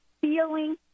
feeling